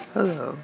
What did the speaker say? Hello